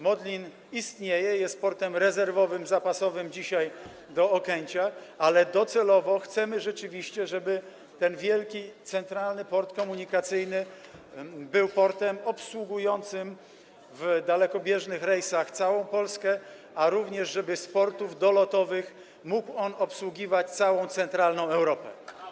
Modlin istnieje, jest portem rezerwowym, zapasowym dzisiaj dla Okęcia, ale docelowo chcemy rzeczywiście, żeby ten wielki Centralny Port Komunikacyjny był portem obsługującym w dalekobieżnych rejsach całą Polskę, a również żeby z portów dolotowych mógł on obsługiwać całą centralną Europę.